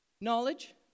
knowledge